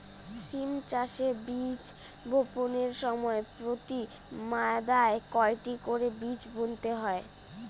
সিম চাষে বীজ বপনের সময় প্রতি মাদায় কয়টি করে বীজ বুনতে হয়?